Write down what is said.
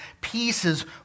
pieces